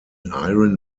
iron